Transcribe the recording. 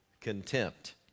contempt